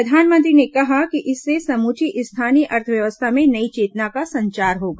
प्रधानमंत्री ने कहा कि इससे समूची स्थानीय अर्थव्यवस्था में नई चेतना का संचार होगा